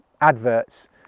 adverts